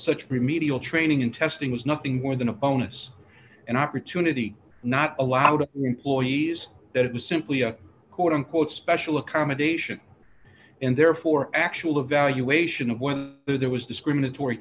such remedial training in testing was nothing more than a bonus an opportunity not allowed to employees that is simply a quote unquote special accommodation and therefore actual evaluation of whether there was discriminatory